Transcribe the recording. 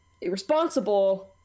irresponsible